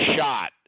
shot